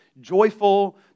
joyful